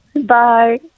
Bye